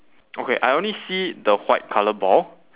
okay I only see the white colour ball